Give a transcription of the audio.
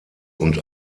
und